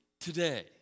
today